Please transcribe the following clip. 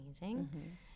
amazing